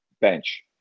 bench